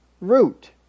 root